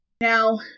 Now